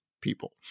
people